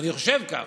אני חושב כך,